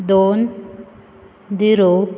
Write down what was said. दोन झिरो